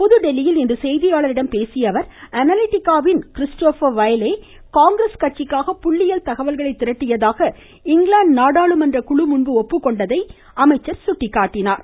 புதுதில்லியில் இன்று செய்தியாளர்களிடம் பேசிய அவர் அனாலிட்டிகாவின் கிறிஸ்டோபர் வயலே காங்கிரஸ் கட்சிக்காக புள்ளியியல் தகவல்களை திரட்டியதாக இங்கிலாந்து நாடாளுமன்ற குழுமுன்பு ஒப்புக்கொண்டதை அவர் சுட்டிக்காட்டியுள்ளார்